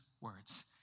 words